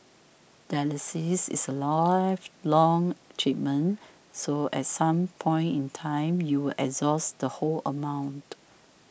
dialysis is a lifelong treatment so as some point in time you will exhaust the whole amount